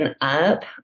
up